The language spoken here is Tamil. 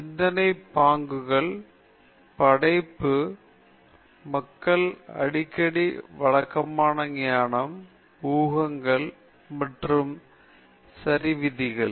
சிந்தனைப் பாங்குகள் படைப்பு மக்கள் அடிக்கடி வழக்கமான ஞானம் ஊகங்கள் மற்றும் சரி விதிகள்